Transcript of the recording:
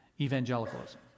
evangelicalism